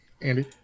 Andy